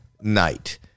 night